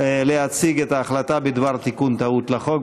להציג את ההחלטה בדבר תיקון טעות לחוק,